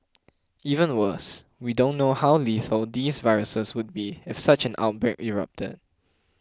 even worse we don't know how lethal these viruses would be if such an outbreak erupted